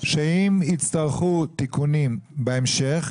שאם יצטרכו תיקונים בהמשך,